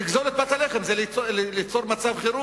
לגזול את פת הלחם, זה ליצור מצב חירום.